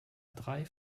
drei